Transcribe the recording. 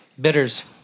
Bitters